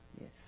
yes